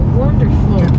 wonderful